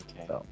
Okay